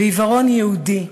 ועיוורון יהודי,